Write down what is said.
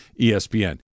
ESPN